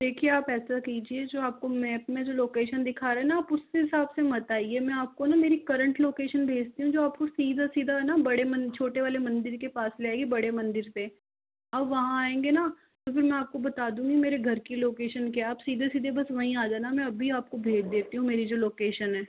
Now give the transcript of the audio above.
देखिए आप ऐसा कीजिए जो आपको मैप में जो लोकेशन दिखा रहा न आप उसके हिसाब से मत आईए मैं आप को न मेरी करंट लोकेशन भेजती हूँ जो आपको सीधा सीधा न बड़े मंदिर छोटे वाले मंदिर के पास ले आएगी बड़े मंदिर से आप वहाँ आएंगे न तो फिर मैं आपको बता दूँगी मेरे घर की लोकेशन क्या है आप सीधे सीधे वहीं आ जाना मैं आभी आपको भेज देती हूँ मेरी जो लोकेशन है